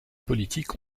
politiques